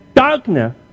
Darkness